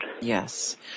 Yes